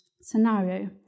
scenario